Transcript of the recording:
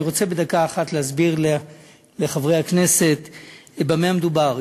אני רוצה בדקה אחת להסביר לחברי הכנסת במה מדובר.